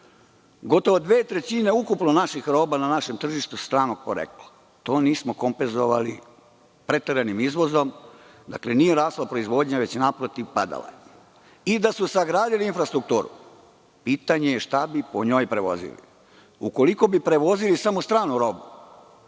dve trećine roba na našem tržištu je stranog porekla. To nismo kompenzovali preteranim izvozom. Nije rasla proizvodnja, već je padala i da su sagradili infrastrukturu pitanje je šta bi po njoj prevozili. Ukoliko bi prevozili samo stranu robu,